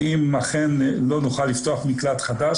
ואם אכן לא נוכל לפתוח מקלט חדש,